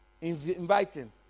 Inviting